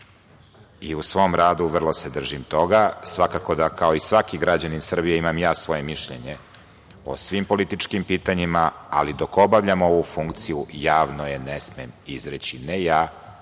U svom radu vrlo se držim toga. Svakako da kao i svaki građanin Srbije imam i ja svoje mišljenje o svim političkim pitanjima, ali dok obavljam ovu funkciju javno ga ne smem izreći, ne ja,